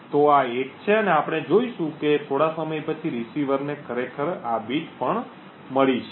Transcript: તો આ 1 છે અને આપણે જોઈશું કે થોડા સમય પછી રીસીવરને ખરેખર આ બીટ પણ મળી છે